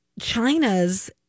China's